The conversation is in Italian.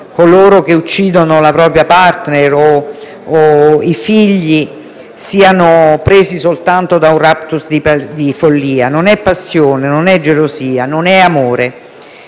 coloro che uccidono la propria *partner* o i figli siano presi soltanto da un *raptus* di follia; non è passione, non è gelosia, non è amore.